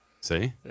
See